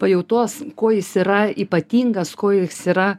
pajautos kuo jis yra ypatingas kuo jis yra